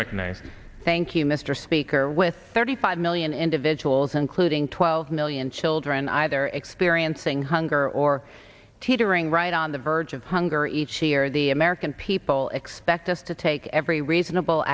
with thirty five million individuals including twelve million children either experiencing hunger or teetering right on the verge of hunger each year the american people expect us to take every reasonable